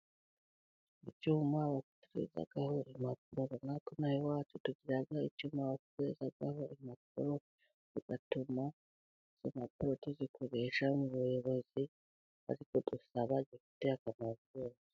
Icyuma bafotorezaho impapuro runaka, natwe ino aha iwacu tugira icyuma bafotorezaho impapuro, bigatuma izo mpapuro tuzikoresha mu buyobozi, bari kudusaba izidufitiye akamaro zose.